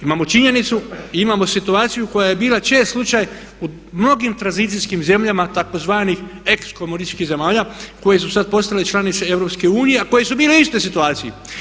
Imamo činjenicu i imamo situaciju koja je bila čest slučaj u mnogim tranzicijskim zemljama tzv. ex komunističkih zemalja koje su sada postale članice EU a koje su bile u istoj situaciji.